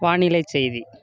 வானிலை செய்தி